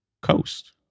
coast